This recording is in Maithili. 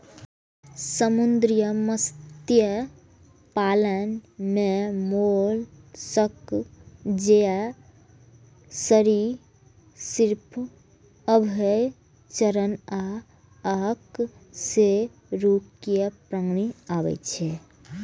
समुद्री मत्स्य पालन मे मोलस्क, जलीय सरिसृप, उभयचर आ अकशेरुकीय प्राणी आबै छै